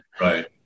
Right